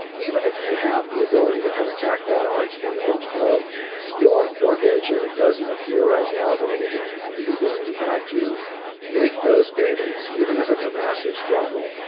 even if you have the ability to kind of tack that on to the end of your mortgage and it doesn't appear right now that anything is really going to impact you make those payments, even if it's a massive struggle.